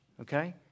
okay